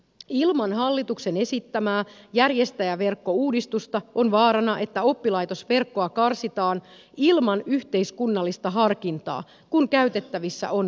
ilman hallituksen esittämää järjestäjäverkkouudistusta on vaarana että oppilaitosverkkoa karsitaan ilman yhteiskunnallista harkintaa kun käytettävissä on vähemmän resursseja